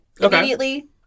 immediately